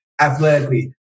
athletically